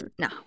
No